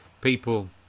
people